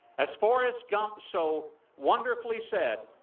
as forrest gump so wonderfully said,